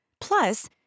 Plus